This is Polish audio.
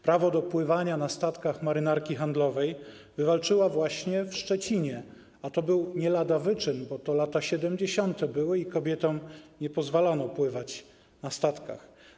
Prawo do pływania na statkach marynarki handlowej wywalczyła właśnie w Szczecinie, a to nie lada wyczyn, bo były to lata 70. i kobietom nie pozwalano pływać na statkach.